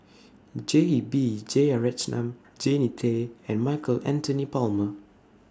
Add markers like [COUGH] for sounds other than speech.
[NOISE] J B Jeyaretnam Jannie Tay and Michael Anthony Palmer